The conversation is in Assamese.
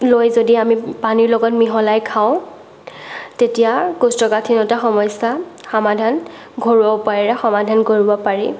লৈ যদি আমি পানী লগত মিহলাই খাওঁ তেতিয়া কৌষ্ঠকাঠিন্যতা সমস্যা সমাধান ঘৰুৱা উপায়েৰে সমাধান কৰিব পাৰি